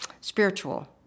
spiritual